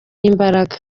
imbaraga